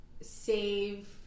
save